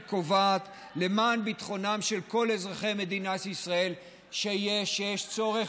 וקובעת שלמען ביטחונם של כל אזרחי מדינת ישראל יש צורך